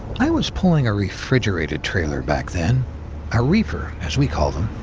i was pulling a refrigerated trailer back then a reefer, as we call them.